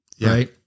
right